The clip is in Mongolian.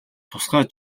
тусгай